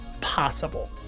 possible